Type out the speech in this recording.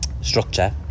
structure